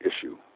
issue